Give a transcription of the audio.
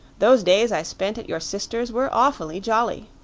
those days i spent at your sister's were awfully jolly.